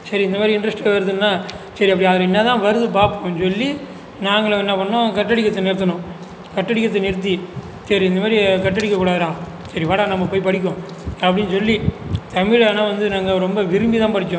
சரி இந்தமாதிரி இன்ட்ரெஸ்ட் வருதுன்னால் சரி அப்படி அதில் என்னதான் வருது பார்ப்போன்னு சொல்லி நாங்களும் என்ன பண்ணோம் கட்டடிக்கிறதை நிறுத்தினோம் கட்டடிக்கிறதை நிறுத்தி சரி இந்தமாதிரி கட் அடிக்கக்கூடாதுடா சரி வாடா நம்ம போய் படிக்கும் அப்படின்னு சொல்லி தமிழ் ஆனால் வந்து நாங்கள் ரொம்ப விரும்பிதான் படித்தோம்